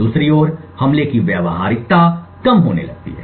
दूसरी ओर हमले की व्यावहारिकता कम होने लगती है